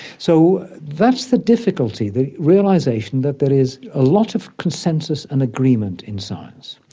so that's the difficulty, the realisation that there is a lot of consensus and agreement in science.